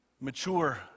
mature